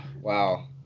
wow